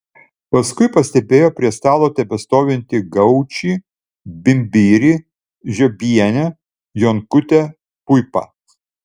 paskui pastebėjo prie stalo tebestovintį gaučį bimbirį žiobienę jonkutę puipą